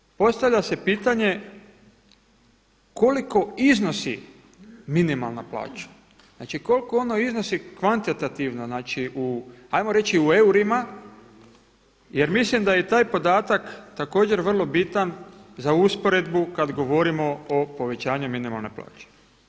Međutim, postavlja se pitanje koliko iznosi minimalna plaća, znači koliko ono iznosi kvantitativno, znači, ajmo reći u eurima jer mislim da je i taj podatak također vrlo bitan za usporedbu kada govorimo o povećanju minimalne plaće.